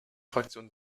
fraktionen